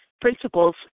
principles